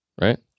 Right